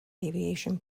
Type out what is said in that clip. aviation